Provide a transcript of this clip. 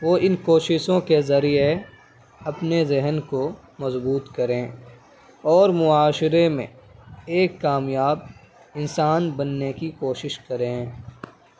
وہ ان کوششوں کے ذریعے اپنے ذہن کو مضبوط کریں اور معاشرے میں ایک کامیاب انسان بننے کی کوشش کریں